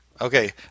Okay